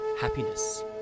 happiness